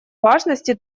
важности